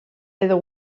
edo